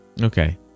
Okay